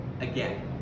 again